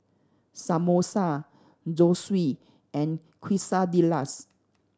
Samosa Zosui and Quesadillas